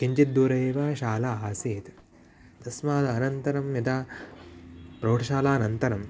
किञ्चित् दूरे एव शाला आसीत् तस्मात् अनन्तरं यदा प्रौढशालानन्तरं